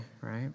right